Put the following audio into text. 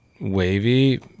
wavy